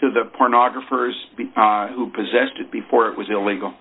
to the pornographers who possessed it before it was illegal